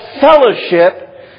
Fellowship